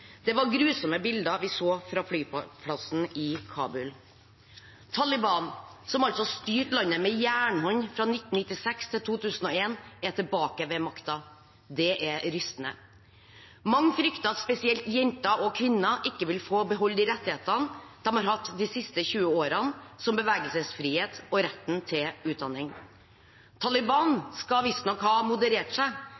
Det var grusomme bilder vi så fra flyplassen i Kabul. Taliban, som styrte landet med jernhånd fra 1996 til 2001, er tilbake ved makten. Det er rystende. Mange fryktet at spesielt jenter og kvinner ikke ville få beholde de rettighetene de har hatt de siste 20 årene, som bevegelsesfrihet og retten til utdanning. Taliban